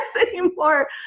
anymore